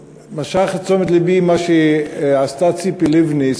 משך את תשומת לבי מה שעשתה ציפי לבני,